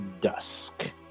dusk